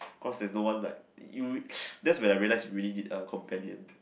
cause there no one like you that's when I realise we really need a companion